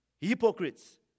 Hypocrites